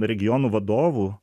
regionų vadovų